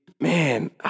man